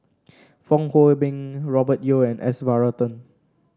Fong Hoe Beng Robert Yeo and S Varathan